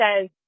says